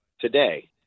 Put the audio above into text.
today